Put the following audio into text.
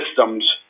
systems